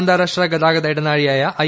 അന്താരാഷ്ട്ര ഗതാഗത ഇടനാഴിയായ ഐ